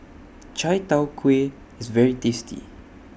Chai Tow Kway IS very tasty